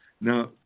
Now